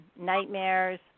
nightmares